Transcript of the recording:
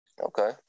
Okay